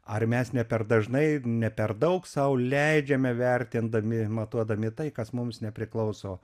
ar mes ne per dažnai ne per daug sau leidžiame vertindami matuodami tai kas mums nepriklauso